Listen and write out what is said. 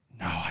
No